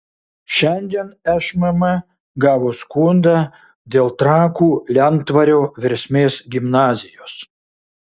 šiandien šmm gavo skundą dėl trakų lentvario versmės gimnazijos